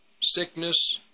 sickness